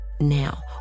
Now